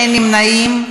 אין נמנעים.